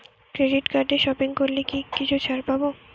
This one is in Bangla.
ক্রেডিট কার্ডে সপিং করলে কি কিছু ছাড় পাব?